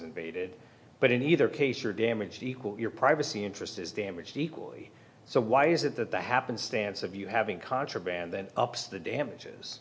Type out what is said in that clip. invaded but in either case or damage equal your privacy interest is damaged equally so why is it that the happenstance of you having contraband then ups the damages